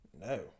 No